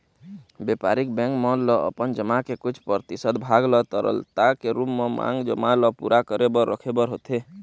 बेपारिक बेंक मन ल अपन जमा के कुछ परतिसत भाग ल तरलता के रुप म मांग जमा ल पुरा करे बर रखे बर होथे